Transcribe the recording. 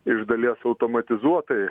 iš dalies automatizuotai